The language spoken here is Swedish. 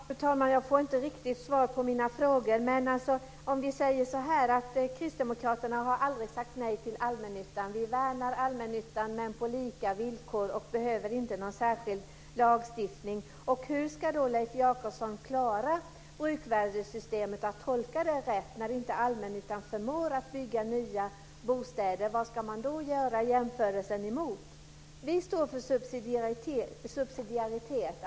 Fru talman! Jag får inte riktigt svar på mina frågor. Vi kristdemokrater har aldrig sagt nej till allmännyttan. Vi värnar allmännyttan, men på lika villkor. Det behövs ingen särskild lagstiftning. Hur ska Leif Jakobsson klara att tolka bruksvärdessystemet rätt när allmännyttan inte förmår bygga nya bostäder? Vad ska man då jämföra mot? Vi står för subsidiaritet.